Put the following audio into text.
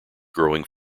growing